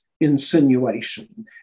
insinuation